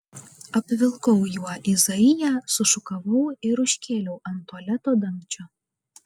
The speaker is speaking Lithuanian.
apvilkau juo izaiją sušukavau ir užkėliau ant tualeto dangčio